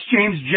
James